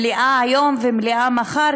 מליאה היום ומליאה מחר?